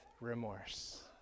remorse